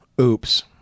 oops